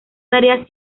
tareas